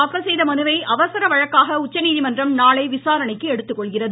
தாக்கல் செய்த மனுவை அவசர வழக்காக உச்சநீதிமன்றம் நாளை விசாரணைக்கு எடுத்துக்கொள்கிறது